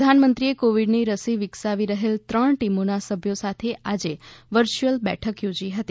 પ્રધાનમંત્રીએ કોવિડની રસી વિકસાવી રહેલ ત્રણ ટીમોના સભ્યો સાથે આજે વર્ચ્યુઅલ બેઠક યોજી હતી